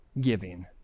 Giving